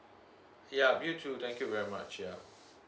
yup you too thank you very much yeah